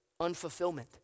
unfulfillment